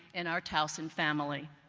in our towson family.